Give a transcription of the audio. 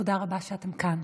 תודה רבה שאתם כאן.